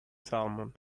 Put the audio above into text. salmon